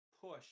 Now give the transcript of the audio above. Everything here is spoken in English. push